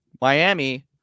Miami